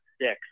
six